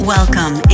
Welcome